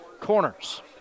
corners